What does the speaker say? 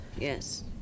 yes